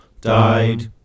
died